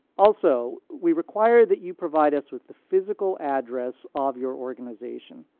also, we require that you provide us with the physical address of your organization.